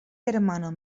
hermano